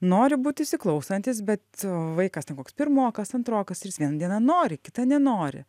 nori būt įsiklausantys bet vaikas ten koks pirmokas antrokas ir jis vieną dieną nori kitą nenori